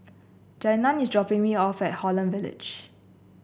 Janiah is dropping me off at Holland Village